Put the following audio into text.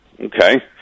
Okay